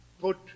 put